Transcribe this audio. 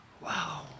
Wow